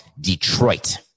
Detroit